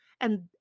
and